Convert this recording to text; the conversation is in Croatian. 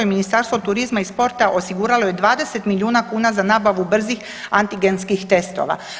Ministarstvo turizma i sporta osiguralo je 20 milijuna kuna za nabavu brzih antigenskih testova.